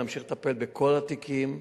נמשיך לטפל בכל התיקים,